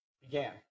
began